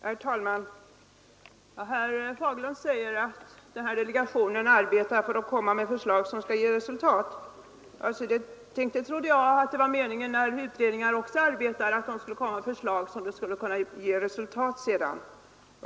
Herr talman! Herr Fagerlund säger att den här delegationen arbetar för att komma med förslag som skall ge resultat. Tänk — jag trodde det var meningen att utredningar också skulle arbeta för att komma med förslag som skall ge resultat!